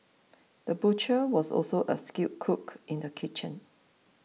the butcher was also a skilled cook in the kitchen